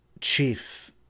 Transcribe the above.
chief